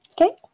Okay